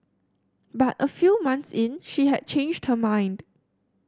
but a few months in she had changed her mind